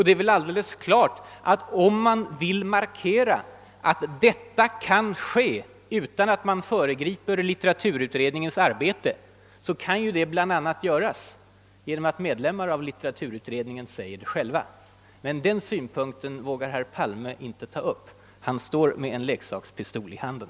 Det är väl alldeles klart att om man vill markera att en lösning kan uppnås utan att man föregriper lit teraturutredningens arbete, så kan det bl.a. göras genom att medlemmar av litteraturutredningen själva säger det. Men den synpunkten vågar herr Palme inte att ta upp. Han står där med en leksakspistol i handen.